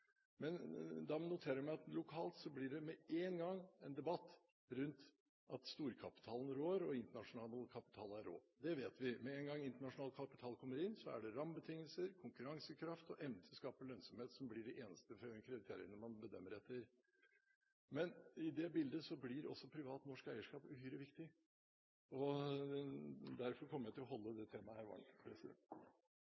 at lokalt blir det med en gang en debatt rundt dette at storkapitalen rår, og at internasjonal kapital har råd. Det vet vi. Med en gang internasjonal kapital kommer inn, blir rammebetingelser, konkurransekraft og evnen til å skape lønnsomhet de eneste kriteriene man bedømmer etter. Men i dette bildet blir også privat norsk eierskap uhyre viktig. Derfor kommer jeg til å holde